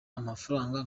amafaranga